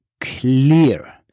clear